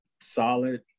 solid